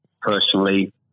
personally